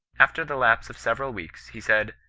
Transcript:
after the lapse of several weeks, he said,